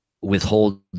withhold